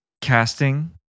Casting